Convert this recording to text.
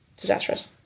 disastrous